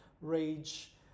rage